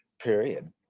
period